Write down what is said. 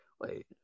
Wait